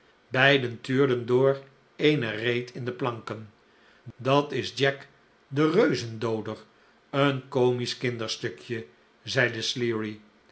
beiden tuurden door eene reet in de planken dat is jack de keuzendooder een comisch kinderstukje zeide sleary